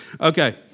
Okay